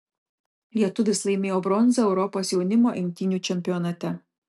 lietuvis laimėjo bronzą europos jaunimo imtynių čempionate